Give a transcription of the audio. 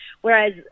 Whereas